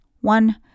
one